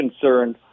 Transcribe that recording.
concerned